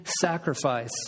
sacrifice